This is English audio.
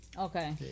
okay